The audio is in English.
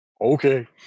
Okay